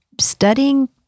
studying